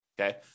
okay